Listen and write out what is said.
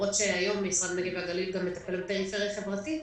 למרות שהיום משרד הנגב והגליל מטפל גם בפריפריה חברתית.